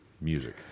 music